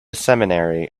seminary